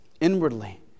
Inwardly